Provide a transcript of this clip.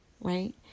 right